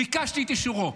ביקשתי את אישורו.